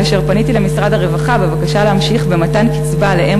כאשר פניתי למשרד הרווחה בבקשה להמשיך במתן קצבה לאם